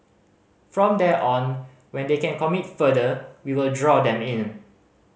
from there on when they can commit further we will draw them in